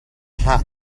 hlah